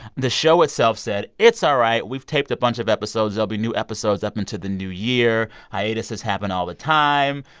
the show itself said, it's all right. we've taped a bunch of episodes. there'll be new episodes up into the new year. hiatuses happen all the time.